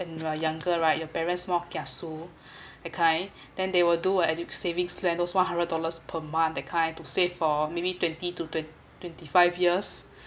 when you are younger right your parents more kiasu that kind then they will do a educate savings plan those one hundred dollars per month that kind to save for maybe twenty to twen~ twenty five years